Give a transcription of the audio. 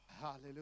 Hallelujah